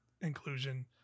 inclusion